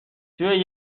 توی